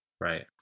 Right